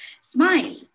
smile